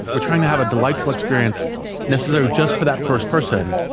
we're trying to have a delightful experience necessary just for that first person,